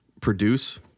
produce